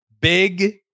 Big